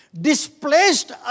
Displaced